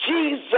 Jesus